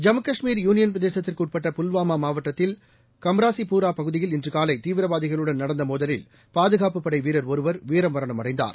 Jammu Kashmir union பிரதேசத்திற்குஉட்பட்ட புல்வாமாமாவட்டத்தில் கம்ராஸிபூரா பகுதியில் இன்றுகாலைதீவிரவாதிகளுடன் நடந்தமோதலில் பாதுகாப்புப் படைவீரர் ஒருவர் வீரமரணம் அடைந்தார்